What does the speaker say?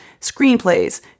screenplays